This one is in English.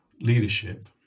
leadership